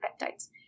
peptides